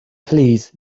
please